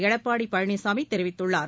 எடப்பாடி பழனிச்சாமி தெரிவித்துள்ளார்